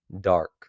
dark